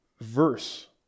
verse